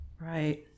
Right